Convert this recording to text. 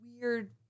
weird